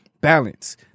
balance